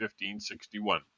1561